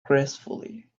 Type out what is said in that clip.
gracefully